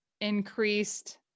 increased